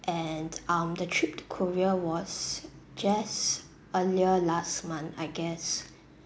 and um the trip to korea was just earlier last month I guess